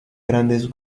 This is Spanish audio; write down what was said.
grandes